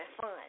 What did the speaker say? fun